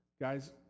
Guys